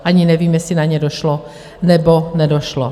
Ani nevím, jestli na ně došlo, nebo nedošlo.